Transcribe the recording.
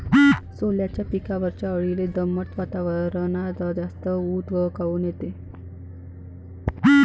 सोल्याच्या पिकावरच्या अळीले दमट वातावरनात जास्त ऊत काऊन येते?